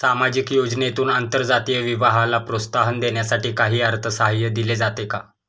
सामाजिक योजनेतून आंतरजातीय विवाहाला प्रोत्साहन देण्यासाठी काही अर्थसहाय्य दिले जाते का?